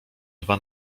dwa